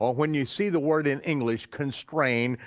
ah when you see the word in english, constrain,